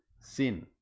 sin